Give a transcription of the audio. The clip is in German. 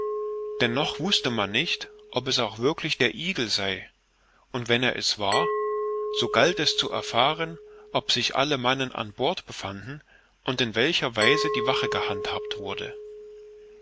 noch wußte man nicht ob es auch wirklich der eagle sei und wenn er es war so galt es zu erfahren ob sich alle mannen an bord befanden und in welcher weise die wache gehandhabt wurde